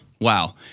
Wow